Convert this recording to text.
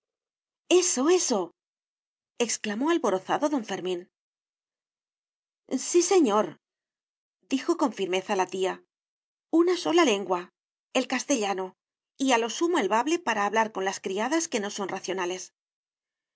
eso eso exclamó alborozado don fermín sí señordijo con firmeza la tía una sola lengua el castellano y a lo sumo el bable para hablar con las criadas que no son racionales